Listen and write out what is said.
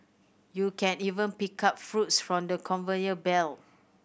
you can even pick up fruits from the conveyor belt